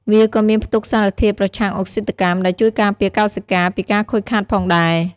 វាក៏មានផ្ទុកសារធាតុប្រឆាំងអុកស៊ីតកម្ម ដែលជួយការពារកោសិកាពីការខូចខាតផងដែរ។